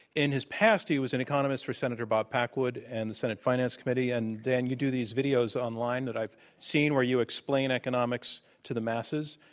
in his past, he was an economist for senator bob packwood and the senate finance committee. and, dan, you do these videos online that i've seen where you explain economics to the masses.